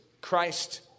Christ